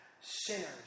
Sinners